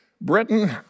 Britain